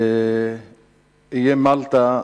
באיי מלטה,